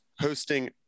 hosting